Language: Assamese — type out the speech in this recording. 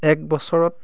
এক বছৰত